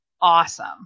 awesome